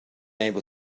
able